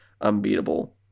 Unbeatable